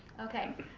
okay,